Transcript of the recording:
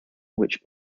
which